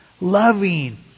loving